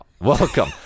Welcome